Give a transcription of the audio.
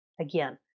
again